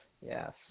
yes